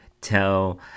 tell